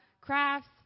crafts